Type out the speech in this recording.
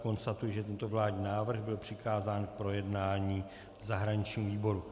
Konstatuji, že tento vládní návrh byl přikázán k projednání v zahraničním výboru.